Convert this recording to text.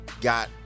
got